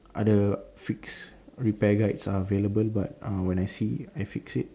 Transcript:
other fix repair guides are available but uh when I see I fix it